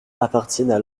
appartiennent